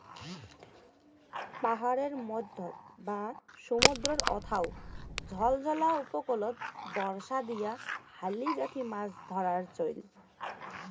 পাহাড়ের মইধ্যত বা সমুদ্রর অথাও ঝলঝলা উপকূলত বর্ষা দিয়া হালি গাঁথি মাছ ধরার চইল